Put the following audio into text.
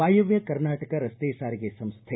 ವಾಯವ್ಯ ಕರ್ನಾಟಕ ರಸ್ತೆ ಸಾರಿಗೆ ಸಂಸ್ವೆ